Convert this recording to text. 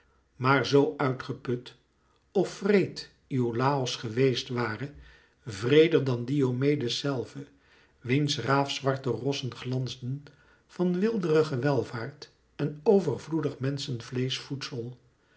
maar zo uitgeput of wreed iolàos geweest ware wreeder dan diomedes zelve wiens raafzwarte rossen glansden van weelderige welvaart en overvloedig menschvleeschvoedsel